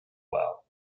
well